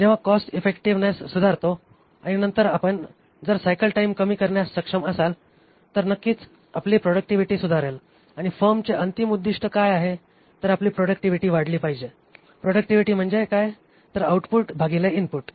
जेव्हा cost effectiveness सुधारतो आणि नंतर आपण जर सायकल टाइम कमी करण्यास सक्षम असाल तर नक्कीच आपली प्रॉडक्टिव्हिटी सुधारेल आणि आणि फर्मचे अंतिम उद्दिष्ट काय आहे तर आपली प्रॉडक्टिव्हिटी वाढली पाहिजे प्रॉडक्टिव्हिटी म्हणजे काय तर आउटपुट भागिले इनपुट